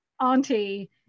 Auntie